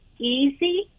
easy